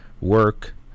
work